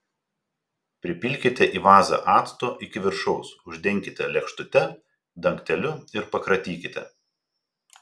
pripilkite į vazą acto iki viršaus uždenkite lėkštute dangteliu ir pakratykite